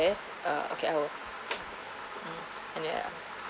uh okay I will and ya